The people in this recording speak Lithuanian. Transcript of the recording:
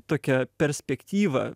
tokią perspektyvą